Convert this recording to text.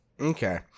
Okay